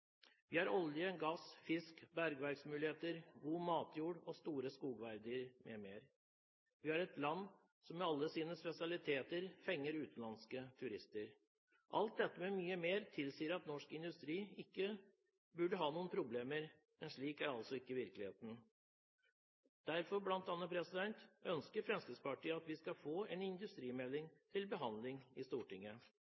Vi har olje, gass, fisk, bergverksmuligheter, god matjord og store skogverdier m.m. Vi er et land som med alle våre spesialiteter fenger utenlandske turister. Alt dette og mye mer tilsier at norsk industri ikke burde ha noen problemer, men slik er altså ikke virkeligheten. Derfor ønsker Fremskrittspartiet bl.a. at vi skal få en industrimelding